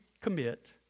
commit